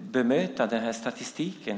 bemöta det ministern sade om statistiken.